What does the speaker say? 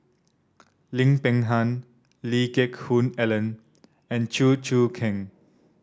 Lim Peng Han Lee Geck Hoon Ellen and Chew Choo Keng